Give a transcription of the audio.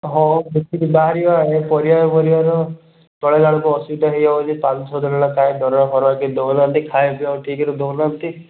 ହଁ କେମିତି ଦେଖିକି ବାହାରିବା ଏଇ ପରିବାର ଫରିବାର ଚଳାଇଲା ବେଳକୁ ଅସୁବିଧା ହେଇଯାଉଛି ପାଞ୍ଚ ଛଅ ଦିନ ହେଲାଣି କାହିଁ ଦରମା ଫରମା କିଛି ଦେଉନାହାନ୍ତି ଖାଇବାକୁ ପିଇବାକୁ ଠିକ୍ରେ ଦେଉନାହାନ୍ତି